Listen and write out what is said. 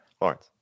Lawrence